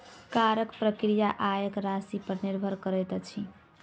करक प्रक्रिया आयक राशिपर निर्भर करैत अछि